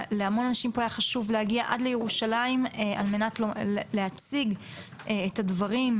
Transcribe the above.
להמון אנשים פה היה חשוב להגיע עד לירושלים על מנת להציג את הדברים,